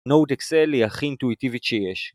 נוד אקסל להכין אינטואיטיבית שיש